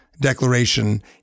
declaration